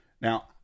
Now